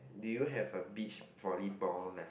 do you have a beach volleyball lesson